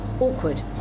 awkward